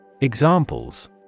Examples